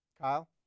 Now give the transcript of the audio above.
Kyle